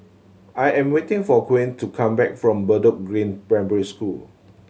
I am waiting for Quint to come back from Bedok Green Primary School